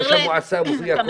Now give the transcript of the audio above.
ראש המועצה מופיע כל יום.